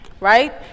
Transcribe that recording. right